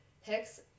Hicks